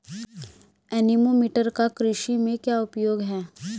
Anemometer का कृषि में क्या उपयोग है?